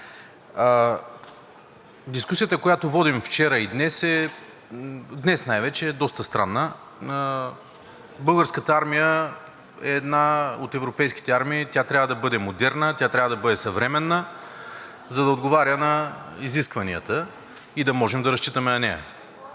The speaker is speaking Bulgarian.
дискусията, която водим вчера и днес – днес най-вече, е доста странна. Българската армия е една от европейските армии и тя трябва да бъде модерна, тя трябва да бъде съвременна, за да отговаря на изискванията и да можем да разчитаме на нея.